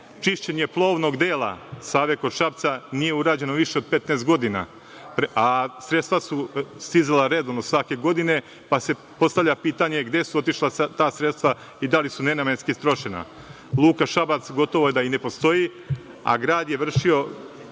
Čišćenje plovnog dela Save kod Šapca nije urađeno više od 15 godina, a sredstva su stizala redovno svake godine, pa se postavlja pitanje gde su otišla ta sredstva i da li su nenamenski trošena. Luka Šabac gotovo da i ne postoji, a grad je vršio